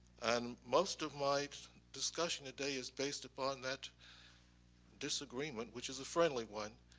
and most of my discussion today is based upon that disagreement, which is a friendly one,